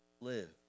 live